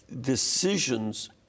decisions